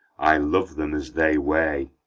i love them as they weigh.